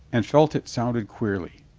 and felt it sounded queerly.